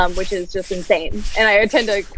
um which is just insane. and i attend a